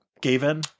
Gavin